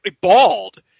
bald